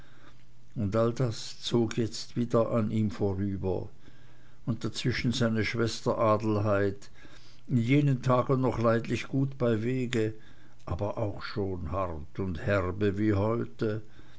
war all das zog jetzt wieder an ihm vorüber und dazwischen seine schwester adelheid in jenen tagen noch leidlich gut bei weg aber auch schon hart und herbe wie heute